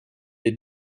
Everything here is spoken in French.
est